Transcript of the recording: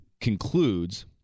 concludes